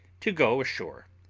to go ashore,